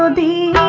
ah the